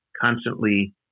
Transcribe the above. constantly